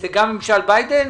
זה גם ממשל ביידן?